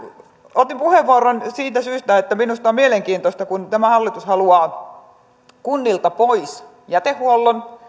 otin puheenvuoron siitä syystä että minusta on mielenkiintoista että kun tämä hallitus haluaa kunnilta pois jätehuollon